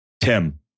Tim